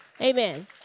Amen